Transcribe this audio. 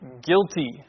guilty